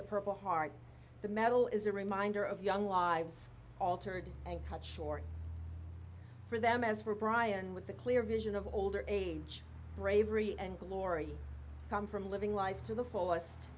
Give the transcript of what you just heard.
the purple heart the medal is a reminder of young lives altered and cut short for them as for brian with the clear vision of old age bravery and glory come from living life to the fullest